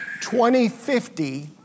2050